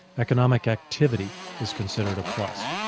economic activity is considered a plus,